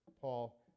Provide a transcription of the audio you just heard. Paul